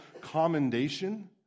commendation